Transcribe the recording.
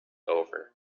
over